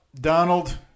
Donald